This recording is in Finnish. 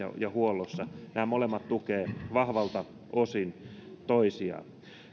ja huollossa nämä molemmat tukevat vahvalta osin toisiaan